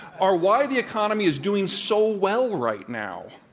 are why the economy is doing so well right now.